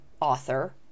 author